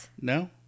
No